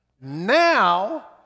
Now